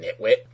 nitwit